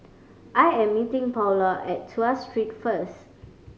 I am meeting Paola at Tuas Street first